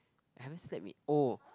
I haven't slept in oh